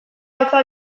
hotza